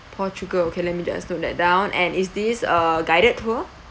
portugal okay let me just note that down and is this a guided tour